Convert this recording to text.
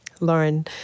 Lauren